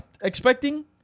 expecting